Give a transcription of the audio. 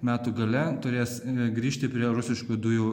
metų gale turės grįžti prie rusiškų dujų